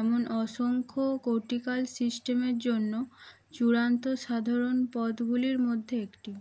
এমন অসংখ্য কোর্টিকাল সিস্টেমের জন্য চূড়ান্ত সাধারণ পথগুলির মধ্যে একটি